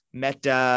meta